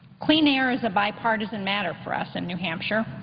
clean air is a bipartisan matter for us in new hampshire.